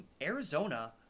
Arizona